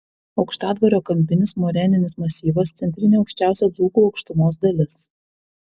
aukštadvario kampinis moreninis masyvas centrinė aukščiausia dzūkų aukštumos dalis